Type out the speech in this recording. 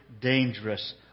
dangerous